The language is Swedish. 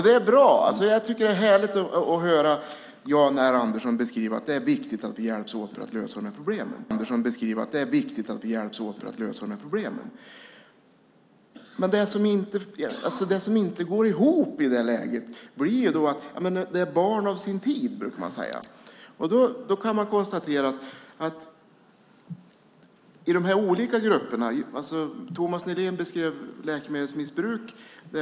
Fru talman! Jag tycker att det är härligt att höra Jan R Andersson säga att det är viktigt att vi hjälps åt för att lösa de här problemen. Det går inte riktigt ihop. Man brukar tala om barn av sin tid. Thomas Nihlén beskrev läkemedelsmissbruk.